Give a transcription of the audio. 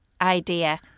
idea